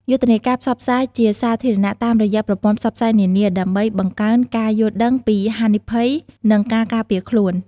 យុទ្ធនាការផ្សព្វផ្សាយជាសាធារណៈតាមរយៈប្រព័ន្ធផ្សព្វផ្សាយនានា ដើម្បីបង្កើនការយល់ដឹងពីហានិភ័យ និងការការពារខ្លួន។